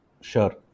Sure